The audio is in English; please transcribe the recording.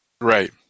Right